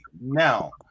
now